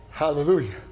Hallelujah